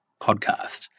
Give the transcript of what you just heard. podcast